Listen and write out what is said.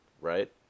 right